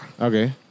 Okay